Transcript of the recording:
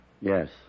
Yes